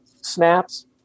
snaps